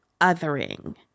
othering